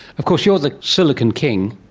of course you are the silicon king.